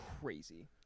crazy